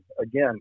again